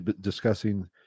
discussing